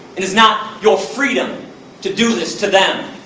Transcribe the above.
it is not your freedom to do this to them!